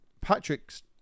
Patrick's